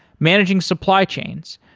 managing supply chains,